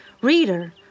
reader